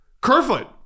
Kerfoot